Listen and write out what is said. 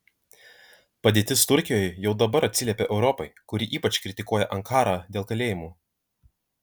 padėtis turkijoje jau dabar atsiliepia europai kuri ypač kritikuoja ankarą dėl kalėjimų